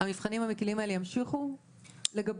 המבחנים המקלים האלה ימשיכו לגביו?